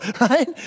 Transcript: right